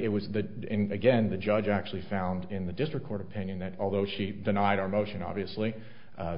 it was the again the judge actually found in the district court opinion that although she denied our motion obviously